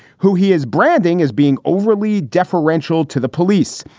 who he is branding as being overly deferential to the police.